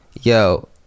Yo